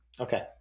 Okay